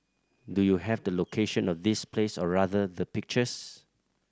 do you have the location of this place or rather the pictures